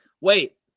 Wait